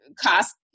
cost